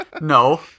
No